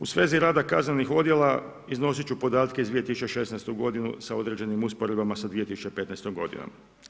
U svezi rada kaznenih odjela iznosit ću podatke iz 2016. godinu sa određenim usporedbama sa 2015. godinom.